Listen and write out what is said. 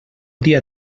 dia